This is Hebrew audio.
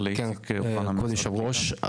כבוד היושב-ראש,